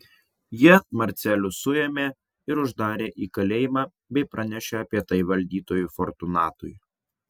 jie marcelių suėmė ir uždarė į kalėjimą bei pranešė apie tai valdytojui fortunatui